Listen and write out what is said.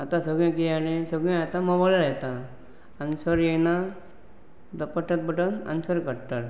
आतां सगळें कितें जालें सगळें आतां मोबायलार येता आन्सर येयना तो पटन पटन आन्सर काडटा